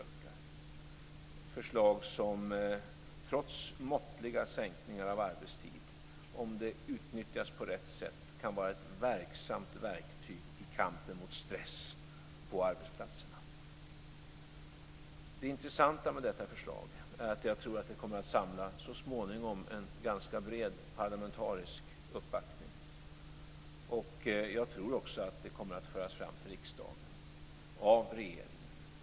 Det var ett förslag som trots måttliga sänkningar av arbetstid, om det utnyttjas på rätt sätt, kan vara ett verksamt verktyg i kampen mot stress på arbetsplatserna. Det intressanta med detta förslag är att jag tror att det så småningom kommer att samla en ganska bred parlamentarisk uppbackning. Jag tror också att det kommer att föras fram till riksdagen av regeringen.